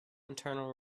internal